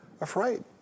afraid